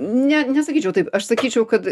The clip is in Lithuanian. ne nesakyčiau taip aš sakyčiau kad